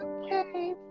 okay